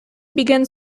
begins